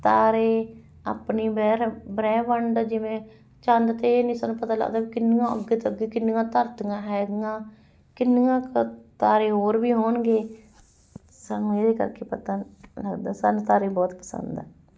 ਤਾਰੇ ਆਪਣੇ ਬ੍ਰਹਿਮ ਬ੍ਰਹਿਮੰਡ ਜਿਵੇਂ ਚੰਦ 'ਤੇ ਨਹੀਂ ਸਾਨੂੰ ਪਤਾ ਲੱਗਦਾ ਕਿੰਨੀਆਂ ਅੱਗੇ ਤੋਂ ਅੱਗੇ ਕਿੰਨੀਆਂ ਧਰਤੀਆਂ ਹੈਗੀਆਂ ਕਿੰਨੀਆਂ ਕੁ ਤਾਰੇ ਹੋਰ ਵੀ ਹੋਣਗੇ ਸਾਨੂੰ ਇਹਦੇ ਕਰਕੇ ਪਤਾ ਲੱਗਦਾ ਸਾਨੂੰ ਤਾਰੇ ਬਹੁਤ ਪਸੰਦ ਆ